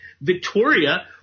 Victoria